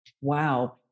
Wow